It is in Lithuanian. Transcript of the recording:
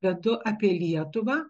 vedu apie lietuvą